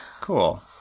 Cool